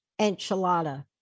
enchilada